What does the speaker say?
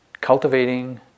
cultivating